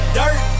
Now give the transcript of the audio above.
dirt